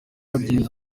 agenda